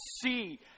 see